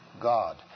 God